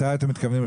מתי אתם מתכוונים?